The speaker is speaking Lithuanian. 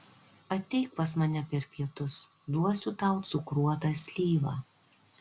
ateik pas mane per pietus duosiu tau cukruotą slyvą